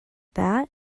that